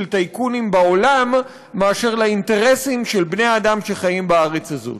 טייקונים בעולם מאשר לאינטרסים של בני האדם שחיים בארץ הזאת.